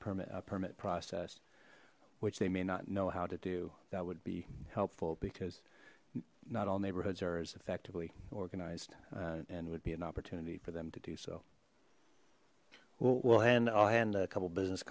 permit a permit process which they may not know how to do that would be helpful because not all neighborhoods are as effectively organized and would be an opportunity for them to do so well well and i'll hand a couple business